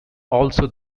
also